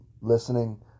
listening